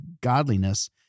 godliness